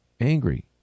Angry